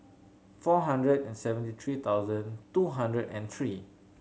four hundred and seventy three thousand two hundred and three